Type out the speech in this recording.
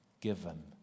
given